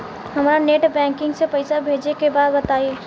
हमरा net banking से पईसा भेजे के बा बताई?